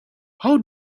how